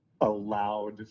allowed